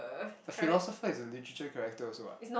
a philosopher is a literature character also [what]